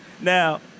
Now